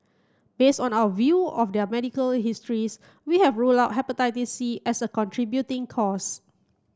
based on our view of their medical histories we have ruled out Hepatitis C as a contributing cause